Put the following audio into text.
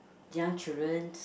young children